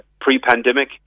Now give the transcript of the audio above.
pre-pandemic